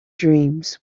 dreams